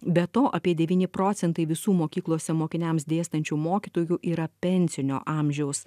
be to apie devyni procentai visų mokyklose mokiniams dėstančių mokytojų yra pensinio amžiaus